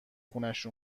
خونش